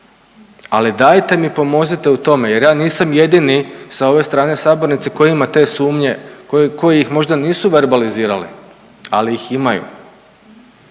Ali dajte mi pomozite u tome jer ja nisam jedini sa ove strane sabornice koji ima te sumnje koji ih možda nisu verbalizirali ali ih imaju